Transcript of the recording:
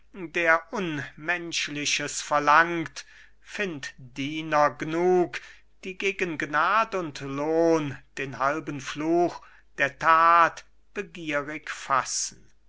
der unmenschliches verlangt find't diener g'nug die gegen gnad und lohn den halben fluch der that begierig fassen